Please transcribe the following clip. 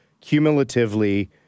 cumulatively